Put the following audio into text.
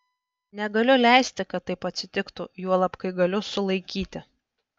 negaliu leisti kad taip atsitiktų juolab kai galiu sulaikyti